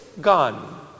Gone